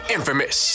Infamous